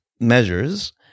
measures